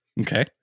Okay